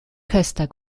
köster